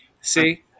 See